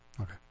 Okay